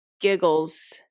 giggles